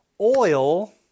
Oil